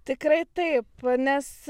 tikrai taip nes